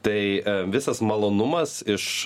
tai visas malonumas iš